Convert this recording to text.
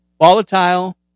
volatile